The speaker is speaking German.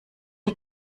die